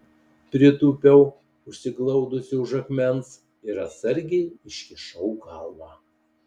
pritūpiau užsiglaudusi už akmens ir atsargiai iškišau galvą